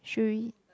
should we